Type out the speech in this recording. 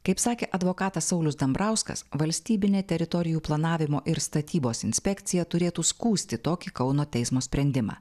kaip sakė advokatas saulius dambrauskas valstybinė teritorijų planavimo ir statybos inspekcija turėtų skųsti tokį kauno teismo sprendimą